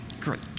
Great